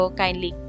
kindly